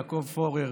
יעקב פורר,